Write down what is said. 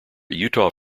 utah